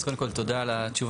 אז קודם כל, תודה על התשובה.